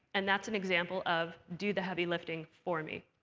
and that's an example of do the heavy lifting for me.